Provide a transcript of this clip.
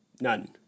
none